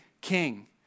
king